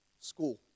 school